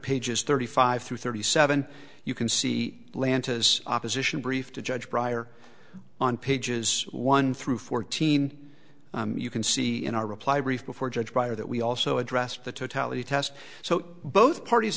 pages thirty five through thirty seven you can see lantus opposition brief to judge prior on pages one through fourteen you can see in our reply brief before judge pryor that we also addressed the totality test so both parties